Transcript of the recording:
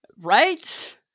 right